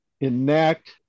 enact